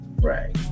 Right